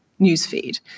newsfeed